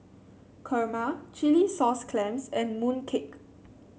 kurma Chilli Sauce Clams and mooncake